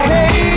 Hey